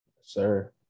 Sir